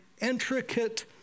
intricate